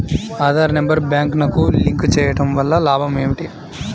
Aadhaar number బ్యాంక్నకు link చేయుటవల్ల లాభం ఏమిటి?